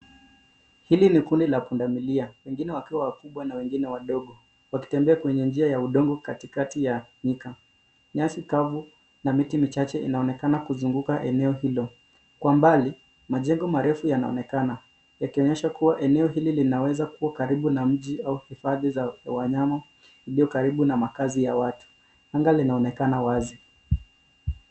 Hili ni kundi la pundamilia, wengine wakiwa wakubwa na wengine wadogo, wakitembea kwenye njia ya udongo katikati ya nyika. Nyasi kavu na miti michache inaonekana kuzunguka eneo hilo. Kwa mbali, majengo marefu yanaonekana, yakionyesha kua eneo hili linaeza kua karibu na mji au hifadhi za wanyama iliyo karibu na makazi ya watu. Anga linaonekana wazi.